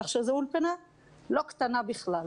כך שזו אולפנה לא קטנה בכלל.